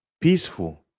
peaceful